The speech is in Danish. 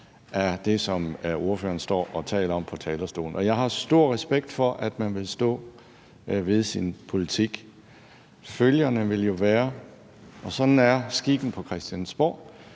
af det, som ordføreren står og taler om på talerstolen. Jeg har stor respekt for, at man vil stå ved sin politik, men følgerne vil jo være, for sådan er skikken på Christiansborg,